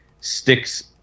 Sticks